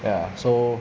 ya so